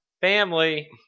family